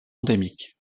endémiques